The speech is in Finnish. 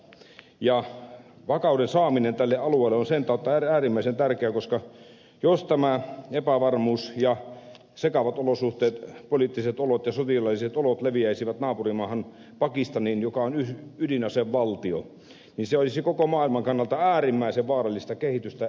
vakauden saaminen tälle alueelle on sen kautta äärimmäisen tärkeää koska jos tämä epävarmuus ja sekavat olosuhteet poliittiset olot ja sotilaalliset olot leviäisivät naapurimaahan pakistaniin joka on ydinasevaltio niin se olisi koko maailman kannalta äärimmäisen vaarallista kehitystä